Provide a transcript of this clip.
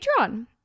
Patreon